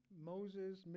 Moses